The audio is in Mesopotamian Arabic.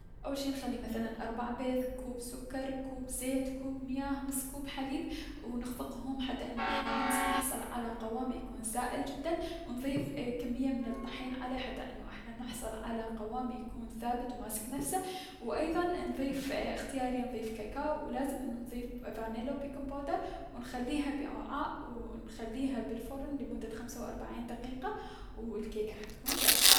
اول شي نخلي مثلا اربع بيض، كوب سكر، كوب زيت، كوب مياه ،نص كوب حليب و نخفقهم حتى انو احنا ننص- نحصل على قوام يكون سائل جدا و نضيف كمية من الطحين حتى انو احنا نحصل على قوام يكون ثابت و ماسك نفسه و ايضا نضيف اختياري نضيف كاكاو و لازم نضيف فانيلا و بيكنج باودر و نخلينا بوععاء و نخليها بالفرن لمدة خمسة و اربعين دقيقة و الكيكة حتكون جاهزة.